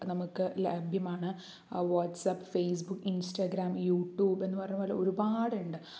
നമുക്ക് ലഭ്യമാണ് WhatsApp Facebook Instagram YouTube എന്ന് പറഞ്ഞ പോലെ ഒരുപാട് ഉണ്ട്